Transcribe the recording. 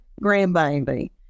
grandbaby